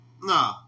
No